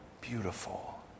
beautiful